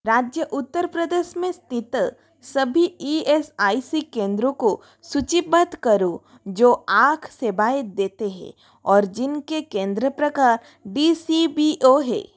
राज्य उत्तर प्रदेश में स्थित सभी ई एस आई सी केंद्रों को सूचीबद्ध करो जो आँख सेवाएँ देते हैं और जिनके केंद्र प्रकार डी सी बी ओ हैं